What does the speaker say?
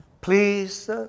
please